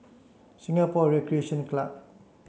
Singapore Recreation Club